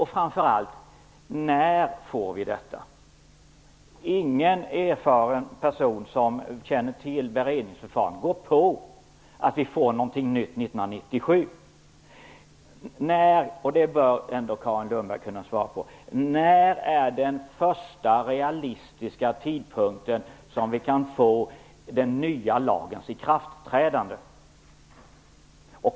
Och framför allt: När får vi en sådan lag? Inte någon erfaren person som känner till beredningsförfarandet tror på att vi får en ny lag 1997. När - det bör ändå Carin Lundberg kunna svara på - är den första realistiska tidpunkten för den nya lagens ikraftträdande?